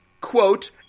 quote